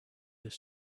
his